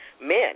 men